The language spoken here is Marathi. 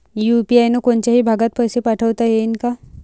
यू.पी.आय न कोनच्याही भागात पैसे पाठवता येईन का?